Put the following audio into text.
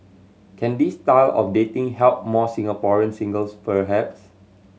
can this style of dating help more Singaporean singles perhaps